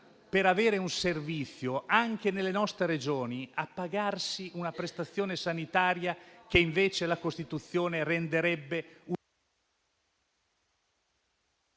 per avere un servizio anche nelle nostre Regioni, a pagarsi una prestazione sanitaria che invece la Costituzione renderebbe universale.